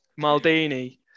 Maldini